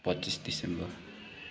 पच्चिस डिसेम्बर